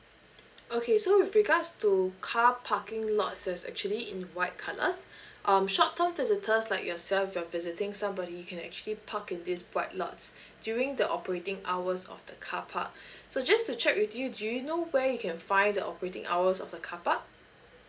okay so with regards to car parking lots that's actually in white colours um short term visitors like yourself you're visiting somebody you can actually park in these white lots during the operating hours of the carpark so just to check with you do you know where you can find the operating hours of a carpark